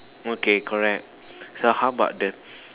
okay correct so how about the